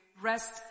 Rest